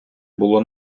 було